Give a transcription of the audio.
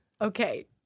Okay